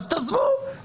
אז תעזבו,